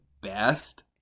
best